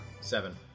Seven